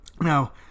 Now